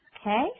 Okay